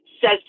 says